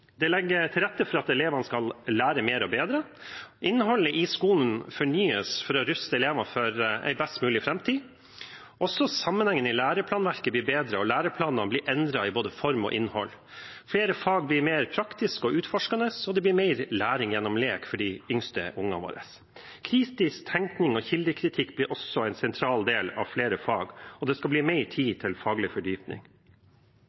De legger til rette for at elevene skal lære mer og bedre. Innholdet i skolen fornyes for å ruste elevene for en best mulig framtid. Sammenhengen i læreplanverket blir bedre, og læreplanene blir endret i både form og innhold. Flere fag blir mer praktiske og utforskende, og det blir mer læring gjennom lek for de yngste ungene våre. Kritisk tenkning og kildekritikk blir også en sentral del av flere fag, og det skal bli mer